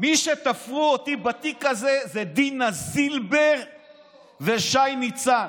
מי שתפרו אותי בתיק הזה זה דינה זילבר ושי ניצן.